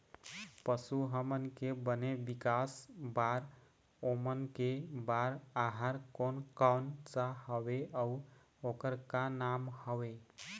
पशु हमन के बने विकास बार ओमन के बार आहार कोन कौन सा हवे अऊ ओकर का नाम हवे?